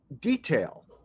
detail